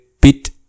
bit